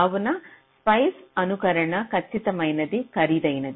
కావున స్పైస్ అనుకరణ ఖచ్చితమైనది ఖరీదైనది